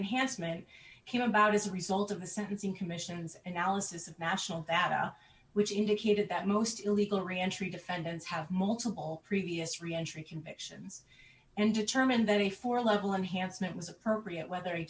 enhancement came about as a result of the sentencing commission's an analysis of national data which indicated that most illegal re entry defendants have multiple previous reentry convictions and determined that a four level enhancement was appropriate whether